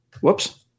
whoops